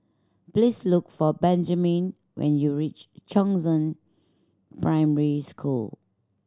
please look for Benjiman when you reach Chongzheng Primary School